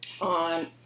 on